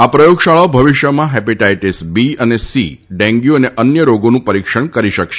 આ પ્રથોગશાળાઓ ભવિષ્યમાં હેપેટાઇટીસ બી અને સી ડેન્યુદ અને અન્ય રોગોનું પરિક્ષણ કરી શકશે